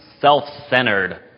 self-centered